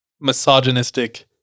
misogynistic